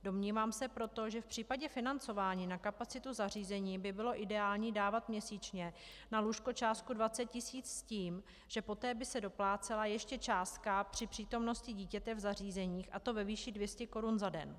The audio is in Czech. Domnívám se proto, že v případě financování na kapacitu zařízení by bylo ideální dávat měsíčně na lůžko částku 20 000 s tím, že poté by se doplácela ještě částka při přítomnosti dítěte v zařízeních, a to ve výši 200 korun za den.